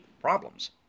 problems